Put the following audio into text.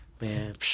Man